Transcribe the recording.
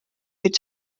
võid